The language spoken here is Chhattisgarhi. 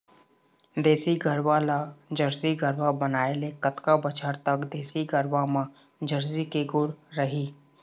देसी गरवा ला जरसी गरवा बनाए ले कतका बछर तक देसी गरवा मा जरसी के गुण रही?